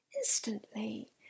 Instantly